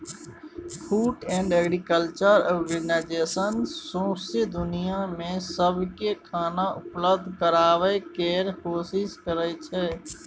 food and agriculture organisation सौंसै दुनियाँ मे सबकेँ खाना उपलब्ध कराबय केर कोशिश करइ छै